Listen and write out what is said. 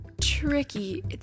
tricky